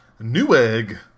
Newegg